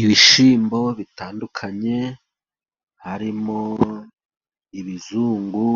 Ibishyimbo bitandukanye harimo ibizungu,